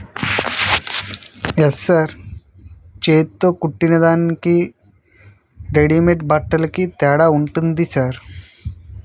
yes sir చేత్తో కుట్టిన దానికి రెడీమేడ్ బట్టలకు తేడా ఉంటుంది సార్